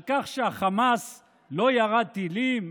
על כך שהחמאס לא ירה טילים?